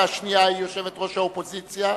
והשנייה היא יושבת-ראש האופוזיציה.